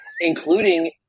Including